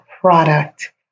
product